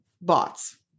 bots